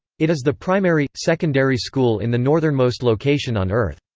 it is the primary secondary school in the northernmost location on earth.